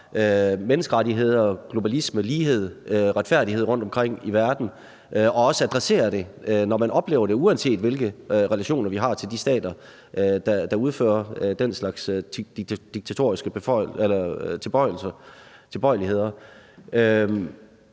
menneskerettigheder, globalisme, lighed og retfærdighed rundtomkring i verden og også adressere det, når man oplever brud på det, uanset hvilke relationer vi har til de stater, der har den slags diktatoriske tilbøjeligheder,